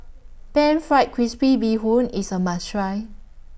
Pan Fried Crispy Bee Hoon IS A must Try